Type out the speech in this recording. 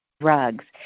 drugs